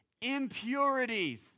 impurities